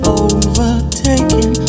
overtaken